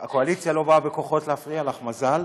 הקואליציה לא באה בכוחות להפריע לך, מזל,